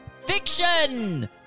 Fiction